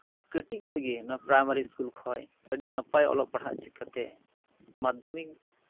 ᱠᱟᱹᱴᱤᱡ ᱠᱷᱚᱡ ᱜᱮ ᱱᱚᱣᱟ ᱯᱨᱟᱭᱢᱟᱨᱤ ᱤᱥᱠᱩᱞ ᱠᱷᱚᱡ ᱟᱹᱰᱤ ᱱᱟᱯᱟᱭ ᱚᱞᱚᱜ ᱯᱟᱲᱦᱟᱜ ᱪᱮᱫ ᱠᱟᱛᱮᱫ ᱢᱟᱫᱽᱫᱷᱚᱢᱤᱠ